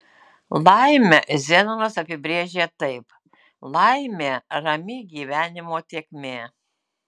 laimę zenonas apibrėžė taip laimė rami gyvenimo tėkmė